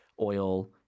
Oil